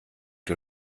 der